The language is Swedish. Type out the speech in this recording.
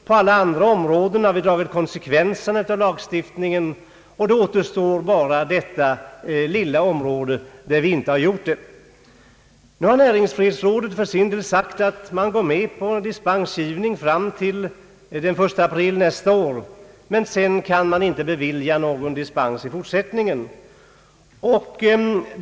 På alla andra områden har vi dragit konsekvenserna av lagstiftningen. Endast detta lilla område återstår. Näringsfrihetsrådet har gått med på dispens fram till den 1 april nästa år men har sagt sig icke kunna bevilja någon dispens i fortsättningen.